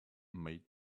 made